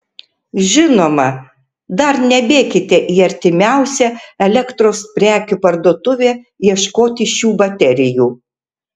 žinoma dar nebėkite į artimiausią elektros prekių parduotuvę ieškoti šių baterijų